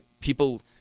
people